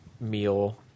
meal